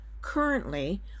Currently